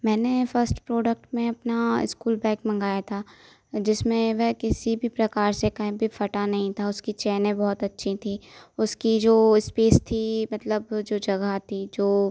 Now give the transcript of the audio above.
मैंने first product में अपना स्कूल बैग मंगाया था जिसमें वह किसी भी प्रकार से कहीं भी फटा नहीं था उसकी चैनें बहुत अच्छी थीं उसकी जो स्पेस थी मतलब वो जो जगह थी जो